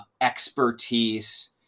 expertise